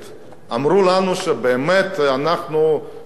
אמרו לנו שבאמת אנחנו עברנו,